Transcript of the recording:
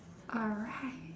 alright